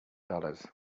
dollars